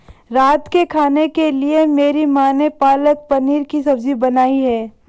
रात के खाने के लिए मेरी मां ने पालक पनीर की सब्जी बनाई है